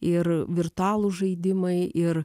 ir virtualūs žaidimai ir